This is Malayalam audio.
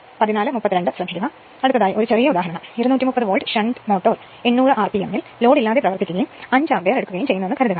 അതിനാൽ അടുത്തതായി ഒരു ചെറിയ ഉദാഹരണം എടുക്കുക 230 വോൾട്ട് ഷണ്ട് മോട്ടോർ 800 ആർപിഎമ്മിൽ ലോഡില്ലാതെ പ്രവർത്തിക്കുകയും 5 ആമ്പിയർ എടുക്കുകയും ചെയ്യുന്നുവെന്ന് കരുതുക